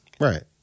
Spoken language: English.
right